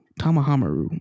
tamahamaru